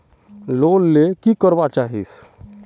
Loan ले की करवा चाहीस?